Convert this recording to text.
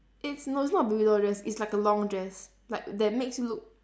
it's no it's not baby doll dress it's like a long dress like that makes you look